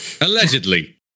allegedly